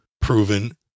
proven